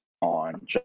on